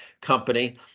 company